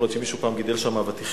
יכול להיות שפעם מישהו גידל שם אבטיחים.